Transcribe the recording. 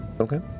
Okay